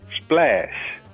splash